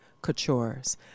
coutures